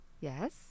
Yes